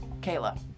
Kayla